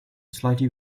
slightly